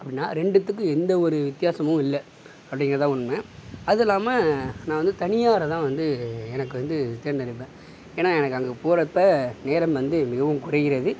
அப்படின்னா ரெண்டுத்துக்கும் எந்த ஒரு வித்தியாசமும் இல்லை அப்படிங்கிறது தான் உண்மை அதுவும் இல்லாமல் நான் வந்து தனியாரை தான் வந்து எனக்கு வந்து தேர்ந்தெடுப்பேன் ஏன்னா எனக்கு அங்கே போகிறப்ப நேரம் வந்து மிகவும் குறைகிறது